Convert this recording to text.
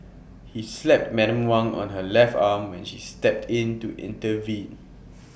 he slapped Madam Wang on her left arm when she stepped in to intervene